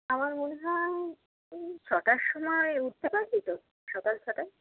আমার মনে হয় এই ছটার সময় উঠতে পারবি তো সকাল ছটায়